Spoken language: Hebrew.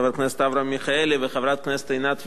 חבר הכנסת אברהם מיכאלי וחברת הכנסת עינת וילף,